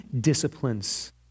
disciplines